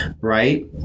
Right